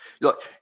look